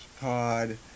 Pod